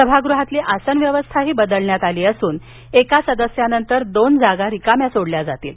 सभागृहातील आसनव्यवस्थाही बदलण्यात आली असून एका सदस्यानंतर दोन जागा सोडल्या जातील